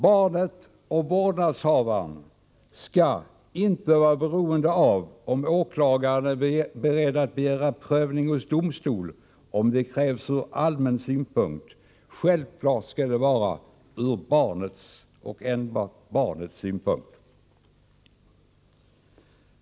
Barnet och vårdnadshavaren skall inte vara beroende av om åklagaren är beredd att begära prövning hos domstolen, om det krävs ur allmän synpunkt. Självfallet skall prövningen ske ur barnets — och enbart barnets — synpunkt.